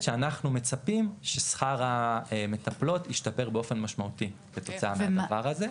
שאנחנו מצפים ששכר המטפלות ישתפר באופן משמעותי כתוצאה מהדבר הזה.